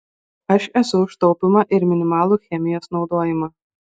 aš esu už taupymą ir minimalų chemijos naudojimą